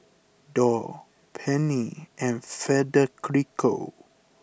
Dorr Pennie and Federico